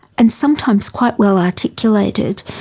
and sometimes quite well articulated.